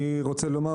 אני רוצה לומר